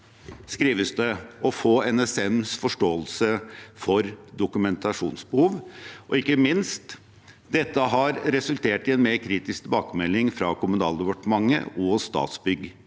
krevende å få NSMs forståelse for dokumentasjonsbehov, og ikke minst at det har resultert i en mer kritisk tilbakemelding fra Kommunaldepartementet og Statsbygg